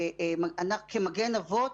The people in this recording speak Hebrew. כמגן אבות,